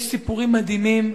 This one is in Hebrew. יש סיפורים מדהימים,